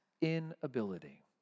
inability